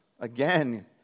Again